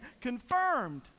confirmed